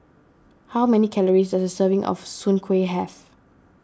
how many calories a serving of Soon Kuih have